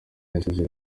yasezeye